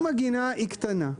אם הגינה היא קטנה,